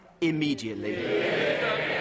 immediately